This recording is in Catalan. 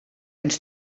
ens